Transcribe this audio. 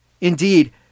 Indeed